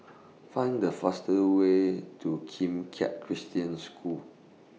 Find The fastest Way to Kim Keat Christian School